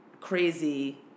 crazy